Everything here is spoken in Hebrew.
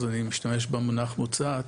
לכן אני משתמש במונח מוצעת,